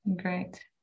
great